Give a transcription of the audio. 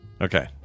Okay